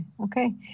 Okay